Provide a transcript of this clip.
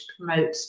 promote